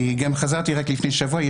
חזרתי רק לפני שבוע,